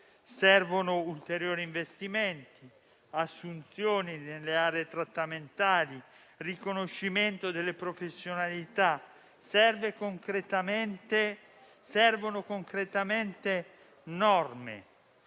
servono ulteriori investimenti, assunzioni nelle aree trattamentali, riconoscimento delle professionalità. Servono concretamente norme